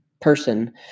person